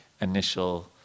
initial